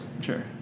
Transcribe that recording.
Sure